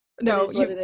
no